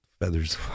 feathers